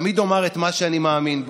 תמיד אומר את מה שאני מאמין בו,